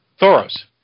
Thoros